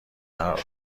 قرار